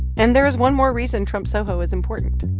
and there is one more reason trump soho is important.